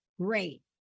Great